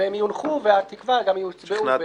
הן יונחו והתקווה היא שגם יוצבעו.